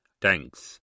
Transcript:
Thanks